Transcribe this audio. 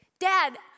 Dad